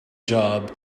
job